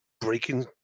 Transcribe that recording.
breaking